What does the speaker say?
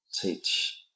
teach